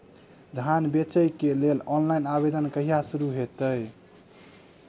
धान बेचै केँ लेल ऑनलाइन आवेदन कहिया शुरू हेतइ?